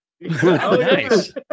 nice